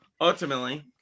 ultimately